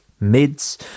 mids